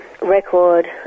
record